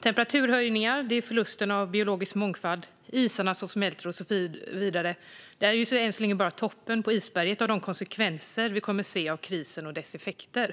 Temperaturhöjningarna, förlusten av biologisk mångfald, isarna som smälter och så vidare är än så länge bara toppen på isberget av de konsekvenser som vi kommer att få se av krisen och dess effekter.